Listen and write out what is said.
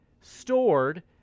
stored